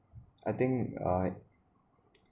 I think uh